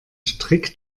strick